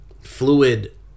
fluid